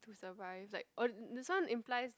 to survive like on~ this one implies that